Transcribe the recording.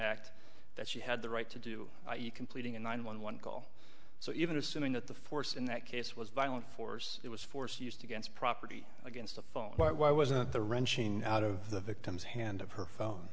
act that she had the right to do you completing a nine one one call so even assuming that the force in that case was violent force it was force used against property against a phone why wasn't the wrenching out of the victim's hand of her phone